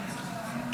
הישיבה,